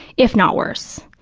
if not worse.